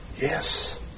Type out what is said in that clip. yes